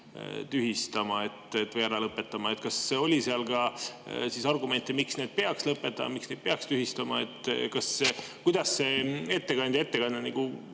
tühistama või ära lõpetama. Kas oli seal ka argumente, miks neid peaks lõpetama, miks neid peaks tühistama? Kuidas see ettekandja ettekanne